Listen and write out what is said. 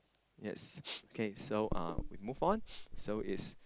yes K so uh we move on so is